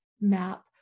map